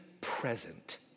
present